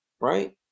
Right